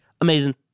amazing